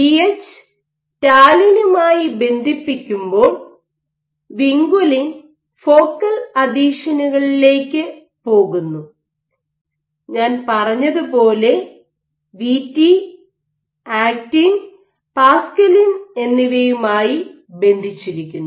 VH ടാലിനുമായി ബന്ധിപ്പിക്കുമ്പോൾ vinculin focal അഥീഷനുകളിലേക്ക് പോകുന്നു ഞാൻ പറഞ്ഞതുപോലെ വിടി ആക്റ്റിൻ പാക്സിലിൻ എന്നിവയുമായി ബന്ധിച്ചിരിക്കുന്നു